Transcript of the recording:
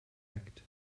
act